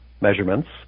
measurements